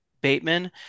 Bateman